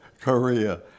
Korea